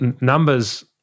numbers